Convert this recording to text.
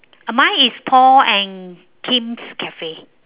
mine is paul and kim's cafe